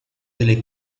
delle